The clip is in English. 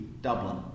Dublin